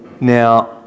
Now